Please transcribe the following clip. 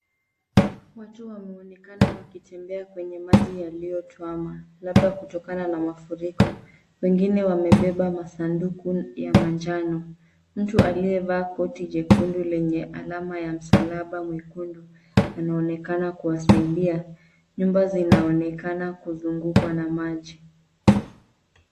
Watu wameonekana wakitembea kwenye maji yailiyo twama labda kutokana na mafuriko wengine wamebeba masanduku ya manjano mtu aliyevaa koti jekundu lenye alama ya msalaba mwekundu anaonekana kuwasaidia nyumba zinaonekana kuzungukwa na maji.